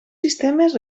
sistemes